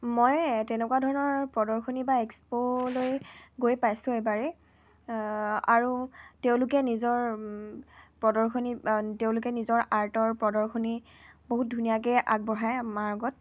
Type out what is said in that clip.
মই তেনেকুৱা ধৰণৰ প্ৰদৰ্শনী বা এক্সপ'লৈ গৈ পাইছোঁ এবাৰেই আৰু তেওঁলোকে নিজৰ প্ৰদৰ্শনী তেওঁলোকে নিজৰ আৰ্টৰ প্ৰদৰ্শনী বহুত ধুনীয়াকৈ আগবঢ়ায় আমাৰ আগত